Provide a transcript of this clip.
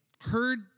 heard